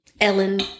Ellen